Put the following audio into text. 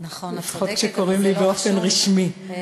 לפחות כשקוראים לי באופן רשמי.